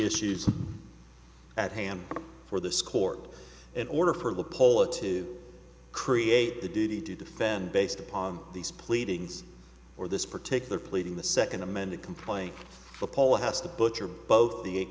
issues at hand for this court in order for the pola to create the duty to defend based upon these pleadings or this particular pleading the second amended complaint the poll has to butcher both the eight